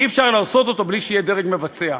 אי-אפשר לעשות אותו בלי שיהיה דרג מבצע.